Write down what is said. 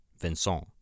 Vincent